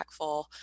impactful